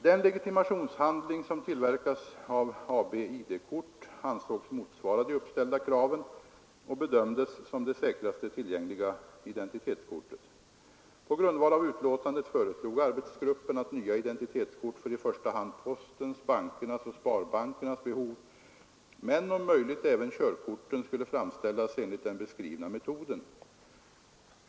Den legitimationshandling som tillverkas av AB ID-kort ansågs motsvara de uppställda kraven och bedömdes som det säkraste tillgängliga identitetskortet. På grundval av utlåtandet föreslog arbetsgruppen att nya identitetskort för i första hand postens, bankernas och sparbankernas behov — men om möjligt även körkorten — skulle framställas enligt den beskrivna metoden.